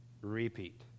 repeat